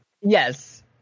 Yes